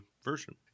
version